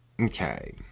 okay